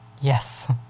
Yes